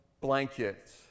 blanket